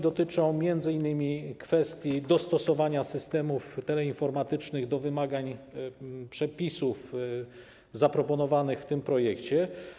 Dotyczą one m.in. kwestii dostosowania systemów teleinformatycznych do wymagań przepisów zaproponowanych w tym projekcie.